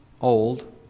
old